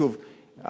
שוב,